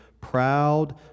proud